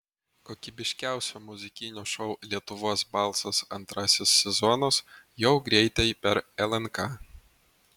kokybiškiausio muzikinio šou lietuvos balsas antrasis sezonas jau greitai per lnk